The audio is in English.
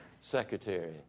secretary